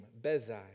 Bezai